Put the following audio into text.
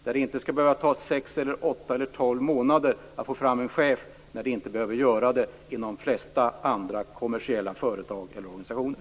Det skall inte behöva ta sex, åtta eller tolv månader att få fram en chef när det inte behöver göra det i de flesta andra kommersiella företag eller organisationer.